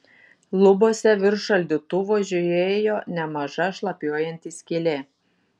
lubose virš šaldytuvo žiojėjo nemaža šlapiuojanti skylė